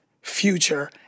future